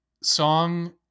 song